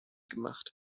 gemacht